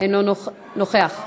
אינו נוכח.